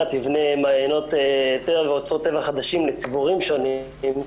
תבנה מעיינות טבע ואוצרות טבע חדשים לציבורים שונים,